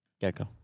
Gecko